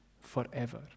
forever